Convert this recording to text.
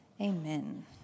Amen